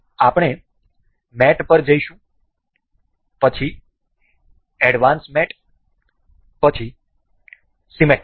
તેથી આપણે મેટ પર જઈશું પછી એડવાન્સ મેટ પછી સીમેટ્રિક